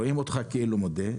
רואים אותו כאילו מודה,